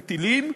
טילים,